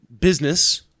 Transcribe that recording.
Business